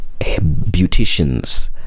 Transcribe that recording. beauticians